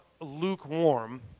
lukewarm